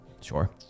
sure